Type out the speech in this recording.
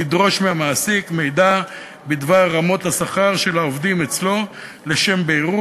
לדרוש מהמעסיק מידע בדבר רמות השכר של העובדים אצלו לשם בירור